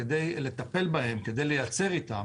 כדי לטפל בהם וכדי לייצר איתם,